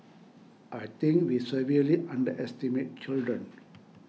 I think we severely underestimate children